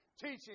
teaching